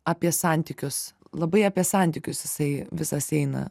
apie santykius labai apie santykius jisai visas eina